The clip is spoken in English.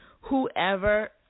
Whoever